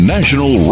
National